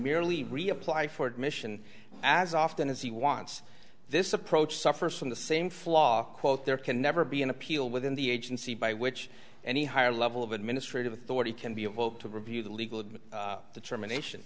merely reapply for admission as often as he wants this approach suffers from the same flaw quote there can never be an appeal within the agency by which any higher level of administrative authority can be invoked to review the legal determination